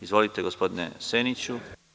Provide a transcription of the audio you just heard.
Izvolite gospodine Seniću.